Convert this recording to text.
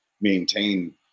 maintain